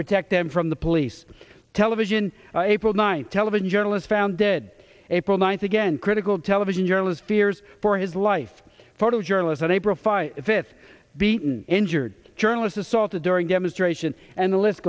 protect them from the police television april night television journalist found dead april ninth again critical television journalist fears for his life photo journalist on a profile fits beaten injured journalist assaulted during demonstrations and the list